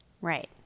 Right